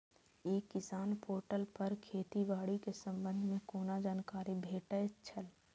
ई किसान पोर्टल पर खेती बाड़ी के संबंध में कोना जानकारी भेटय छल?